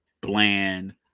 Bland